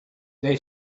they